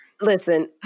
listen